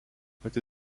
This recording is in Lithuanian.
pati